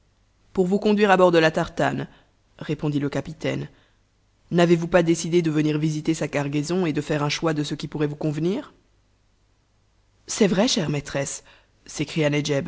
pour vous conduire à bord de la tartane répondit le capitaine n'avez-vous pas décidé de venir visiter sa cargaison et de faire un choix de ce qui pourrait vous convenir c'est vrai chère maîtresse